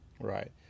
right